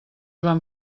joan